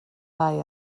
bai